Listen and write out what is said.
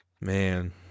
Man